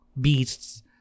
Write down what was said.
beasts